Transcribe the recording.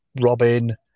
Robin